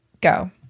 Go